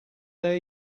their